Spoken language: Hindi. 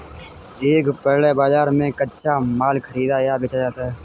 एक पण्य बाजार में कच्चा माल खरीदा या बेचा जाता है